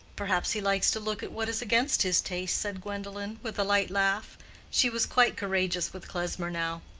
perhaps he likes to look at what is against his taste, said gwendolen, with a light laugh she was quite courageous with klesmer now.